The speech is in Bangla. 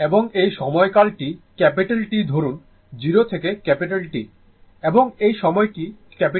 এবং এই সময়কাল টি T ধরুন 0 থেকে T এবং এই সময়টি T2